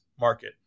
market